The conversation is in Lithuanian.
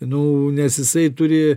nu nes jisai turi